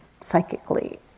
psychically